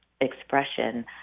expression